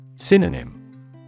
Synonym